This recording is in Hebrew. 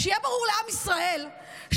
שיהיה ברור לעם ישראל שדמוקרטיה,